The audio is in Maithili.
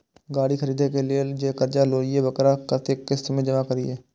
गाड़ी खरदे के लेल जे कर्जा लेलिए वकरा कतेक किस्त में जमा करिए?